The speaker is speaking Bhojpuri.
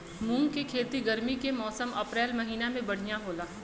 मुंग के खेती गर्मी के मौसम अप्रैल महीना में बढ़ियां होला?